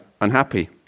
unhappy